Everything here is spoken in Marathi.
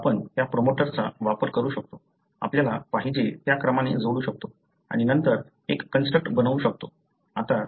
आपण त्या प्रोमोटर्सचा वापर करू शकतो आपल्याला पाहिजे त्या क्रमाने जोडू शकतो आणि नंतर एक कंस्ट्रक्ट बनवू शकतो